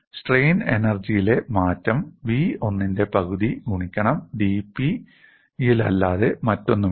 strain എനർജിയിലെ മാറ്റം V1 ന്റെ പകുതി ഗുണിക്കണം dP യിലല്ലാതെ മറ്റൊന്നുമല്ല